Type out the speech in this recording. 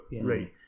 Right